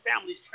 families